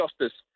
justice